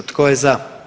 Tko je za?